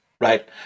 right